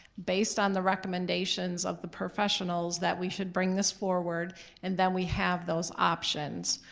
based on the recommendations of the professionals, that we should bring this forward and then we have those options.